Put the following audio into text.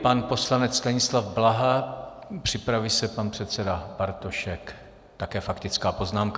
Pan poslanec Stanislav Blaha, připraví se pan předseda Bartošek, také faktická poznámka.